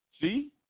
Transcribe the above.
See